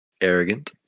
arrogant